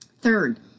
Third